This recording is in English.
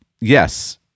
yes